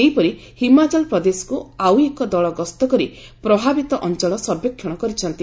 ସେହିପରି ହିମାଚଳ ପ୍ରଦେଶକୁ ଆଉ ଏକ ଦଳ ଗସ୍ତ କରି ପ୍ରଭାବିତ ଅଞ୍ଚଳ ସର୍ବେକ୍ଷଣ କରିଛନ୍ତି